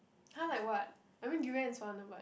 !huh! like what I mean durian is one ah but